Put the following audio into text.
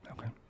okay